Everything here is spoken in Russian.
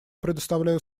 предоставляю